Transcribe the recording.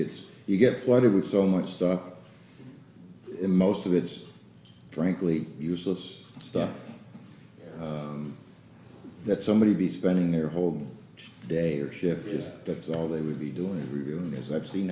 gets you get flooded with so much stuff most of it is frankly useless stuff that somebody be spending their whole day or ship is that's all they would be doing reviewing as i've seen